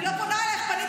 אני לא פונה אלייך,